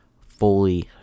fully